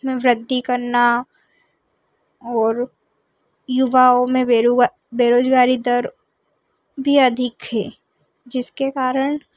रद्दी करना और युवाओं में बरुआ बेरोज़गारी दर भी अधिक है जिसके कारण